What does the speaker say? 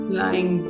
lying